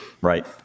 Right